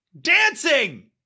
Dancing